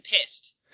pissed